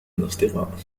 الأصدقاء